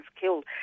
killed